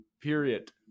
Period